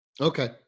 Okay